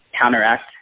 counteract